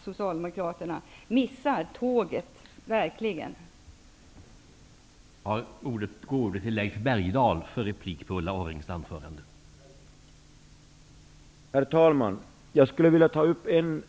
Socialdemokraterna missar verkligen tåget om de inte inser det.